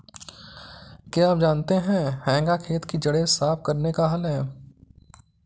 क्या आप जानते है हेंगा खेत की जड़ें साफ़ करने का हल है?